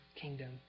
kingdom